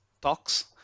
Talks